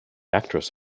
actress